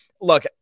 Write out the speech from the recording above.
Look